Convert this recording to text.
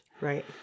Right